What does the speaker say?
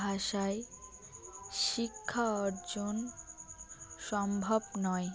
ভাষায় শিক্ষা অর্জন সম্ভব নয়